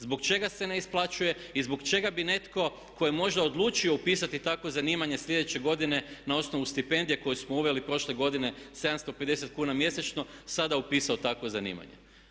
Zbog čega se ne isplaćuje i zbog čega bi netko tko je možda odlučio upisati takvo zanimanje sljedeće godine na osnovu stipendija koje smo uveli prošle godine 7502 kn mjesečno sada upisao takvo zanimanje.